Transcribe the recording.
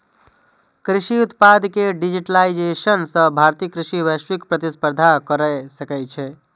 कृषि उत्पाद के डिजिटाइजेशन सं भारतीय कृषि वैश्विक प्रतिस्पर्धा कैर सकै छै